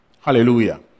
hallelujah